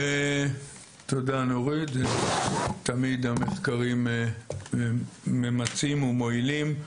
תודה נורית, תמיד המחקרים ממצים ומועילים.